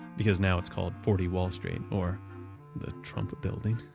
because now it's called forty wall street or the trump building.